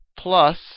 Plus